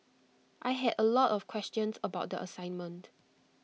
I had A lot of questions about the assignment